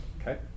Okay